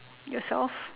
yourself